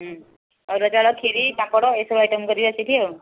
ଅରୁଆ ଚାଉଳ ଖିରି ପାମ୍ପଡ଼ ଏସବୁ ଆଇଟମ୍ କରିବା ସେଇଠି ଆଉ